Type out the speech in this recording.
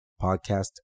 podcast